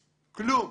כלום,